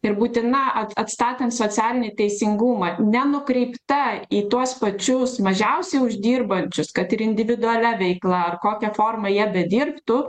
ir būtina at atstatant socialinį teisingumą nenukreipta į tuos pačius mažiausiai uždirbančius kad ir individualia veikla ar kokia forma jie bedirbtų